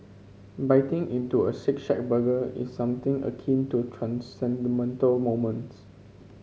biting into a Shake Shack burger is something akin to a transcendental moment